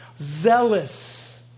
Zealous